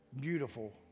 Beautiful